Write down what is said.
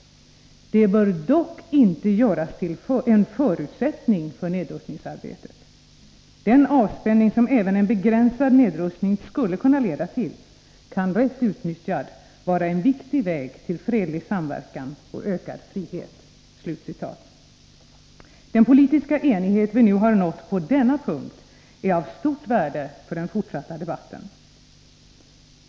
Det bör dock inte göras till en förutsättning för nedrustningsarbetet. Den avspänning som även en begränsad nedrustning skulle kunna leda till kan rätt utnyttjad vara en viktig väg till fredlig samverkan och ökad frihet.” Den politiska enighet vi nu har nått på denna punkt är av stort värde för den fortsatta debatten.